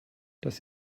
das